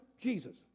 Jesus